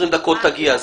עוד 20 דקות תגיע.